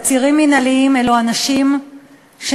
עצירים מינהליים אלו אנשים שנשפטו,